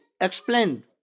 explained